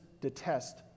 detest